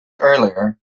earlier